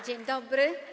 Dzień dobry.